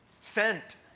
Sent